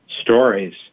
stories